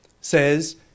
says